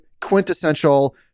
quintessential